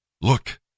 Look